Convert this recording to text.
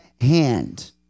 hand